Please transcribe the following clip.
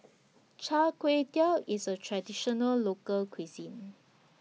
Chai Tow Kway IS A Traditional Local Cuisine